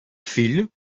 fille